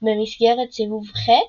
במסגרת סיבוב ח'